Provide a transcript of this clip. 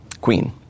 queen